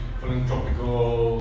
philanthropical